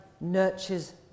nurtures